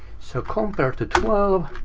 so compare to twelve,